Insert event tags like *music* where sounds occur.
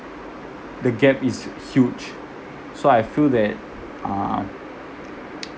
the gap is huge so I feel that uh *noise*